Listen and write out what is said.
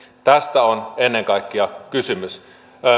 tästä on ennen kaikkea kysymys